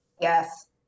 Yes